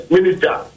Minister